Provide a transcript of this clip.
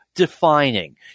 defining